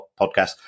podcast